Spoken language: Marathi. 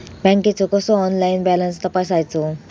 बँकेचो कसो ऑनलाइन बॅलन्स तपासायचो?